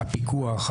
הפיקוח,